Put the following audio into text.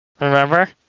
Remember